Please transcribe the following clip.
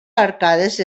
arcades